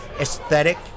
aesthetic